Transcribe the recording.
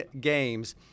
games